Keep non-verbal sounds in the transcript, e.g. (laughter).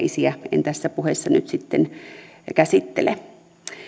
(unintelligible) isiä en tässä puheessa nyt sitten käsittele